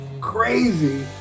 crazy